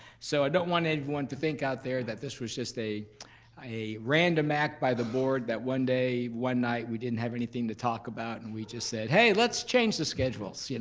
so i don't want anyone to think out there that this was just a a random act by the board that one day, one night we didn't have anything to talk about and we just said hey, let's change the schedules. yeah